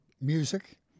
music